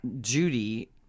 judy